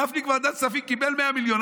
גפני בוועדת הכספים קיבל 100 מיליון,